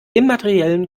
immateriellen